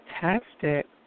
Fantastic